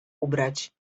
ubrać